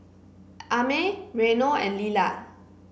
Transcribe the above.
Amey Reino and Lilah